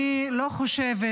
אני לא חושבת